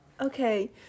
Okay